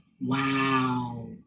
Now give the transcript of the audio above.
Wow